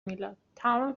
میلاد، تمام